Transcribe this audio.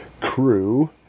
crew